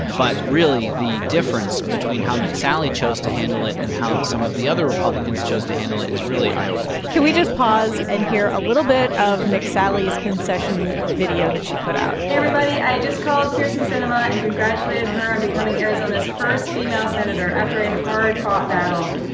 but really, the difference between how mcsally chose to handle it and how some of the other republicans chose to handle it is really eye opening can we just pause and hear a little bit of mcsally's concession video that she put out? hey, everybody. i just called kyrsten sinema and congratulated her on becoming arizona's first female senator after a hard-fought battle.